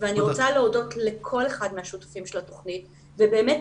אני רוצה להודות לכל אחד מהשותפים של התוכנית ובאמת